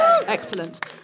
excellent